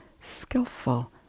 skillful